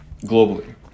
globally